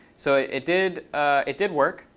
so it did it did work.